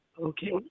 Okay